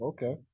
Okay